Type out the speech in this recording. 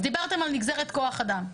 אז דיברתם על נגזרת כוח אדם,